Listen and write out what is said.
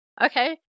Okay